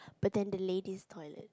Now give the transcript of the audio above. but then the ladies' toilet